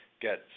get